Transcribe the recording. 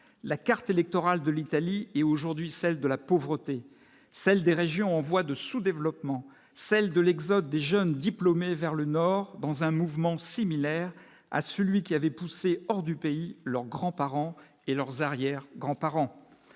la carte électorale de l'Italie et aujourd'hui celle de la pauvreté : celle des régions en voie de sous-développement, celle de l'exode des jeunes diplômés vers le nord dans un mouvement similaire à celui qui avait poussé hors du pays, leurs grands-parents et leurs arrière-grands-parents,